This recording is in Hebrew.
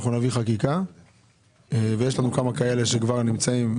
אנחנו נביא חקיקה ויש לנו כמה כאלה שכבר נמצאים.